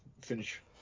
finish